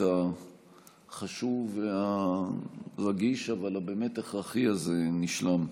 החשוב והרגיש אבל הבאמת-הכרחי הזה נשלם.